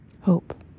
Hope